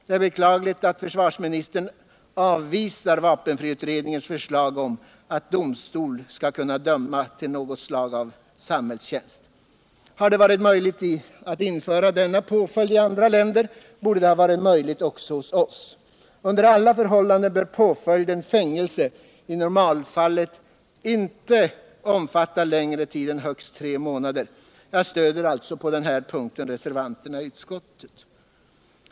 Det är beklagligt att försvarsministern avvisar vapenfriutredningens förslag om att domstol skall kunna döma till något slag av samhällstjänst. Har det varit möjligt att införa denna påföljd i andra länder borde det vara möjligt också hos oss. Under alla förhållanden bör påföljden fängelse i normalfallet inte omfatta längre tid än högst tre månader. Jag stöder alltså på denna punkt reservanterna i utskottet.